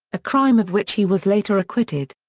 a crime of which he was later acquitted.